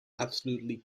absolutely